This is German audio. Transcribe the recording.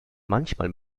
manchmal